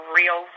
real